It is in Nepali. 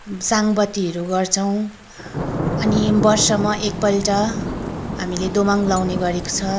साङ बत्तीहरू गर्छौँ अनि वर्षमा एकपल्ट हामीले दोमङ लाउने गरेको छ